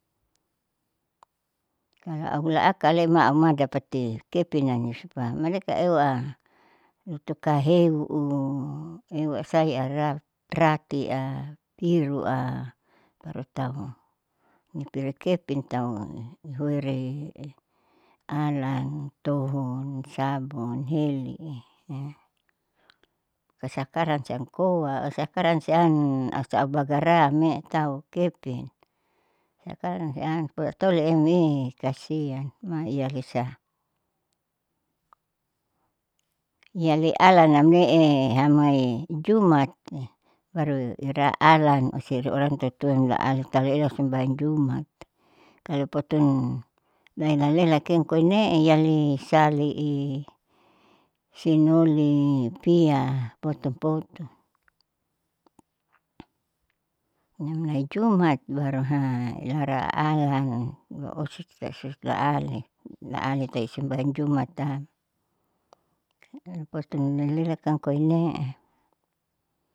Mala ahula akale auma dapati kepenani usupa malekang ewa lutu kaheuu ewaasahi ara ratia, irua baru tau niperi kepin tau huiri alan tohon sabun hili. La sakarang siam koa sakarang siam asa au bagara meetau aukepin sakarang sian poatau lem i kasian maihalisa. Iyali alanamee'e hamai jumati baru ira alan osiri orang tua tua nilaali tau lehe sumbanyang jumat. Kalo potun nailale koinee yalisalii sinoli, piya potun potun mau nai jumat baru hirala alan niosi tau laali laalite sumbanyang jumatam potuni mailelatam koine'e